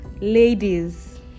ladies